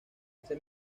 ese